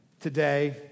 today